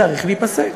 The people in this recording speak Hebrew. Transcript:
צריך להיפסק.